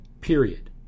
period